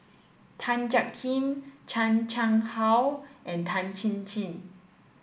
Tan Jiak Kim Chan Chang How and Tan Chin Chin